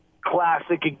classic